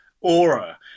aura